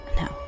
No